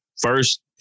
first